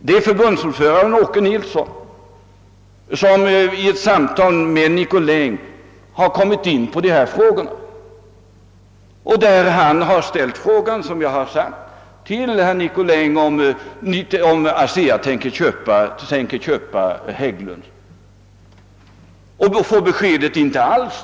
Det var förbundsordförande Åke Nilsson, som i ett samtal med herr Nicolin kommit in på dessa frågor, varvid han ställt frågan till Nicolin, om ASEA tänkte köpa Hägglund & Söner. Han fick då beskedet: Inte alls!